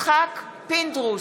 יצחק פינדרוס,